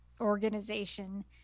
organization